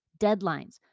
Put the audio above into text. deadlines